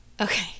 Okay